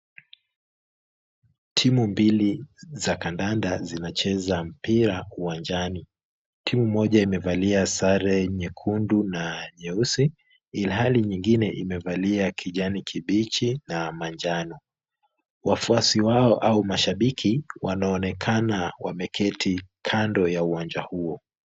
Timu mbili za kandanda zinacheza mpira uwanjani, timu moja imevalia sare nyekundu na nyeusi ilhali nyingine imevalia kijani kibichi na manjano. Wafuasi wao au mashabiki wanaonekana wameketi kando ya uwanja huo.